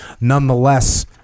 Nonetheless